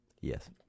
yes